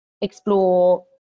explore